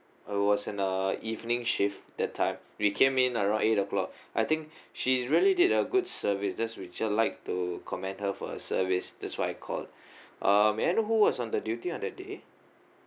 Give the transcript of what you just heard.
it was in a evening shift that time we came in around eight o'clock I think she's really did a good service that's we'd like to commend her for her service that's why I call uh may I know who was on the duty on that day